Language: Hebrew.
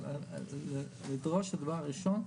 אבל לדרוש שהדבר הראשון,